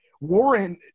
Warren